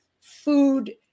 food